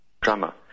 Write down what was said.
drama